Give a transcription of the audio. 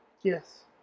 Yes